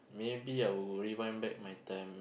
maybe I would rewind back my time